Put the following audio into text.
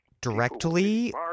directly